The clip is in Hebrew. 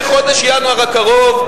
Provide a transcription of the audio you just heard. מחודש ינואר הקרוב,